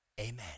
Amen